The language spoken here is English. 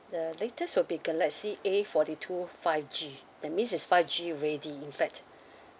the latest will be galaxy A forty two five G that means is five G ready in fact